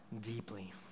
deeply